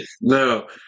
No